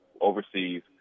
overseas